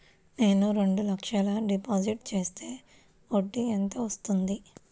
నేను రెండు లక్షల డిపాజిట్ చేస్తే వడ్డీ ఎంత వస్తుంది?